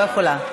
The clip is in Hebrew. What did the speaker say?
לא יכולה,